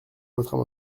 votre